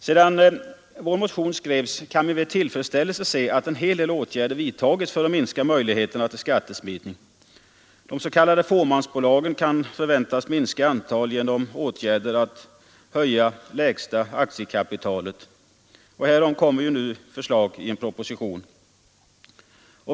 Sedan vår motion skrevs har vi med tillfredsställelse kunnat se att en hel del åtgärder vidtagits för att minska möjligheterna till skattesmitning. De s.k. fåmansbolagen kan förväntas minska i antal genom åtgärder för att höja lägsta aktiekapitalet. Härom kommer ju nu förslag i en proposition.